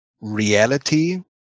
reality